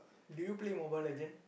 do you play Mobile-Legend